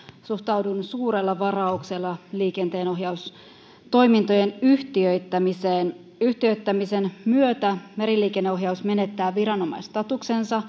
suhtaudun suurella varauksella liikenteenohjaustoimintojen yhtiöittämiseen yhtiöittämisen myötä meriliikenneohjaus menettää viranomaisstatuksensa